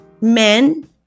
men